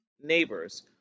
neighbors